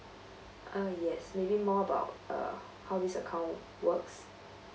uh yes maybe more about uh how this account works